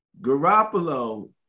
Garoppolo